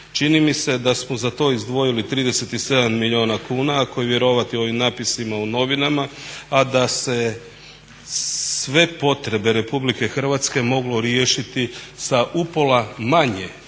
Čini mi se da smo za to izdvojili 37 milijuna kuna, ako je vjerovati ovim napisima u novinama, a da se sve potrebe RH moglo riješiti sa upola manje novaca.